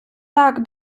так